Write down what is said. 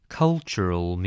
cultural